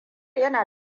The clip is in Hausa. yana